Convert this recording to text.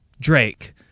Drake